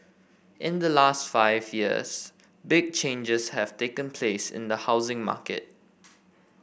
in the last five years big changes have taken place in the housing market